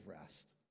rest